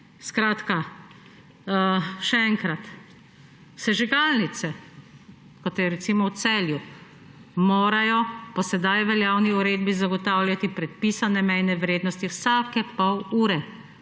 Skratka, še enkrat: sežigalnice, kot je recimo v Celju, morajo po sedaj veljavni uredbi zagotavljati predpisane mejne vrednosti vsake pol ure,